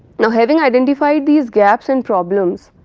and having identified these gaps and problems,